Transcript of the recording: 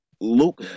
Luke